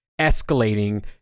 escalating